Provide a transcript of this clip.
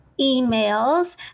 emails